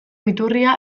iturria